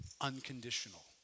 unconditional